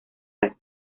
las